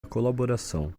colaboração